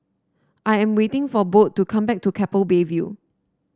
I am waiting for Bode to come back from Keppel Bay View